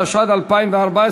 התשע"ד 2014,